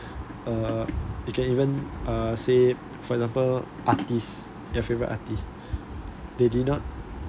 uh you can even uh say for example artist the favourite artist they did not